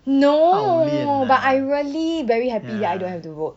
no but I really very happy that I don't have to vote